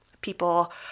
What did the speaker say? people